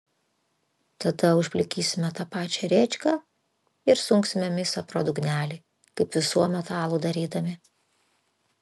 tada užplikysime tą pačią rėčką ir sunksime misą pro dugnelį kaip visuomet alų darydami